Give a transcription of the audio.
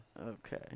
okay